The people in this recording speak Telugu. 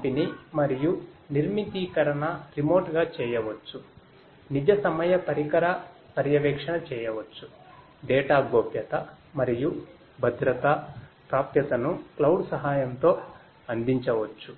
సహాయంతో అందించవచ్చు